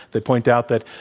they point out that,